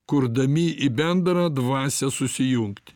kurdami į bendrą dvasią susijungti